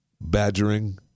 badgering